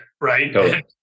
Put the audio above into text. Right